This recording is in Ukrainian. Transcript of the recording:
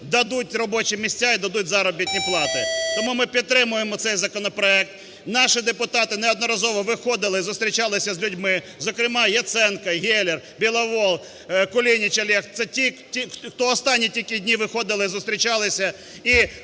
дадуть робочі місця і дадуть заробітні плати. Тому ми підтримуємо цей законопроект. Наші депутати неодноразово виходили і зустрічалися з людьми, зокрема Яценко, Гєллєр, Біловол, Кулініч Олег. Це ті, хто останні тільки дні виходили, зустрічалися